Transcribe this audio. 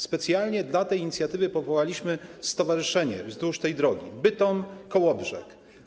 Specjalnie dla tej inicjatywy powołaliśmy stowarzyszenie wzdłuż drogi Bytom - Kołobrzeg.